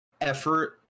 effort